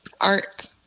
art